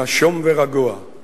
נשום ורגוע /